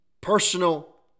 personal